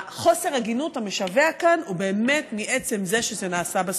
חוסר ההגינות המשווע כאן הוא מעצם זה שזה נעשה בסוף.